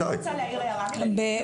אני רוצה להעיר הערה כללית.